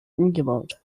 umgebaut